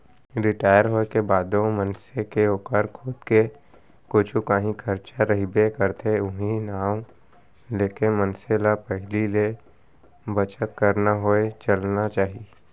retire होए के बादो मनसे के ओकर खुद के कुछु कांही खरचा रहिबे करथे उहीं नांव लेके मनखे ल पहिली ले बचत करत होय चलना चाही